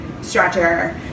stretcher